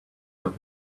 have